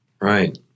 Right